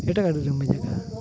ᱮᱴᱟᱜ ᱜᱟᱹᱰᱤ ᱨᱮᱦᱚᱸ ᱵᱚ ᱵᱷᱮᱡᱟᱠᱟᱜᱼᱟ